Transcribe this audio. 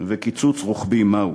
וקיצוץ רוחבי מהו